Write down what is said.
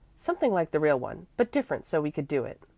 something like the real one, but different so we could do it.